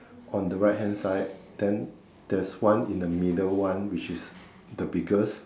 on the right hand side then there's one in the middle one which is the biggest